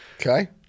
Okay